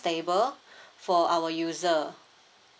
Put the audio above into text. stable for our user